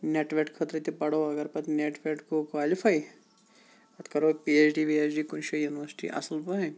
net ویٚٹ خٲطرِ تہٕ پرو اَگر پَتہٕ نیٚٹ ویٚٹ گو کالِفاے پَتہٕ کَرَو پی اٮ۪چ ڈی وی اٮ۪چ ڈی کُنہِ شاے یُنِوَرسِٹی اَصل پٲٹھۍ